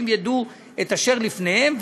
שאנשים ידעו את אשר לפניהם,